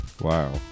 Wow